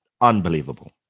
Unbelievable